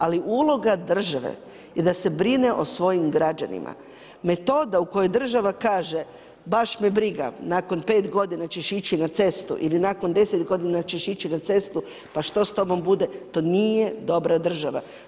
Ali uloga države je da se brine o svojim građanima, metoda u kojoj država kaže baš me briga, nakon pet godina ćeš ići na cestu ili nakon deset godina ćeš ići na cestu, pa što s tobom bude to nije dobra država.